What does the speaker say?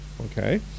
okay